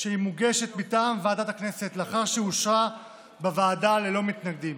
שמוגשת מטעם ועדת הכנסת לאחר שאושרה בוועדה ללא מתנגדים.